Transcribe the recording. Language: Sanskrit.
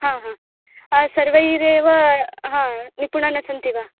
हा हा सर्वैरेव हा निपुणाः न सन्ति वा